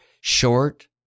short